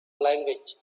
language